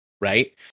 right